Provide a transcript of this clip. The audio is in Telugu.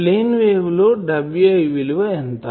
ప్లేన్ వేవ్ లోWi విలువ ఎంత